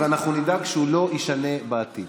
ואנחנו נדאג שהוא לא יישנה בעתיד.